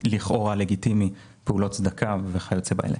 לכאורה לגיטימי בפעולות צדקה וכיוצא באלה.